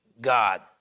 God